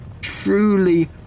Truly